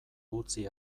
utzi